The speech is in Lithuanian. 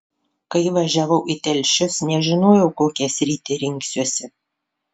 kai važiavau į telšius nežinojau kokią sritį rinksiuosi